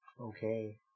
okay